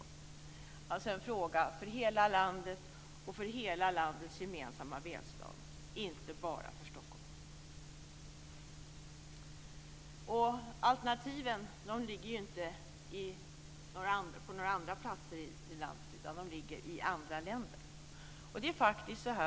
Det var alltså en fråga för hela landet och för hela landets gemensamma välstånd - inte bra för Stockholm. Alternativen ligger inte på några andra platser i landet, utan de ligger i andra länder.